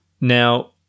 Now